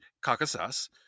Caucasus